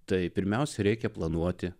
tai pirmiausia reikia planuoti